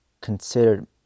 considered